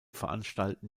veranstalten